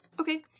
Okay